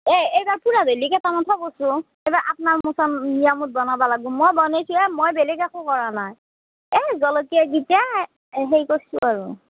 এই এইবাৰ পূৰাট হলি কেটামান থৱ চোন এইবাৰ আপনা মোচন নিয়মত বনাব লাগব মই বনাইছোঁহে মই বেলেগ একো কৰা নাই এই জলকীয়াকিটা সেই কৰছোঁ আৰু